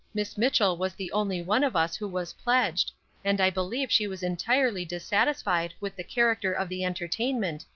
miss mitchell was the only one of us who was pledged and i believe she was entirely dissatisfied with the character of the entertainment,